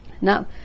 now